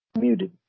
Muted